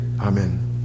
Amen